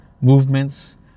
movements